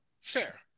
Fair